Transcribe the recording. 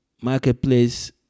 marketplace